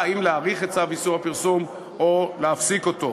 אם להאריך את צו איסור הפרסום או להפסיק אותו.